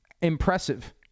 impressive